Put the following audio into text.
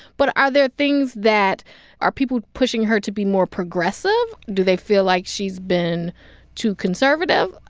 but are there things that are people pushing her to be more progressive? do they feel like she's been too conservative?